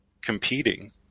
competing